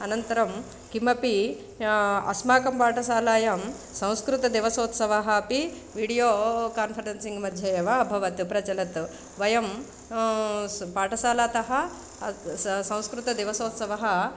अनन्तरं किमपि अस्माकं पाठशालायां संस्कृतदिवसोत्सवः अपि वीडियो कान्फरेन्सिङ्ग् मध्ये एव अभवत् प्रचलत् वयं स पाठशालातः अत स संस्कृतदिवसोत्सवः